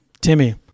Timmy